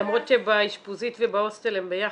למרות שבאשפוזית ובהוסטל הם ביחד.